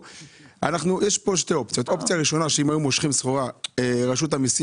כמה מכולות מחכות במכס?